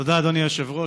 תודה, אדוני היושב-ראש.